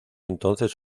entonces